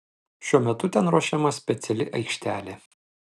šiuo metu ten ruošiama speciali aikštelė